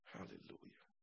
Hallelujah